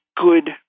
good